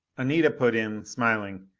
anita put in, smiling,